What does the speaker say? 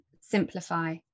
simplify